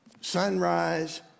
Sunrise